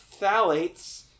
phthalates